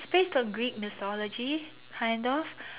it's based on Greek mythology kind of